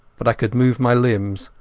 but i could move my limbs,